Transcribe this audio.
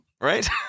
Right